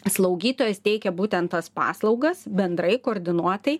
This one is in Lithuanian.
slaugytojas teikia būtent tas paslaugas bendrai koordinuotai